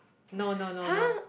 no no no no